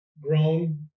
grown